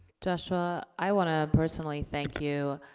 joshua, i wanna personally thank you,